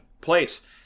place